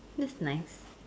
that's nice